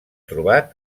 trobat